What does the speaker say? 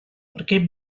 porque